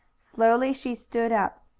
slowly she stood up.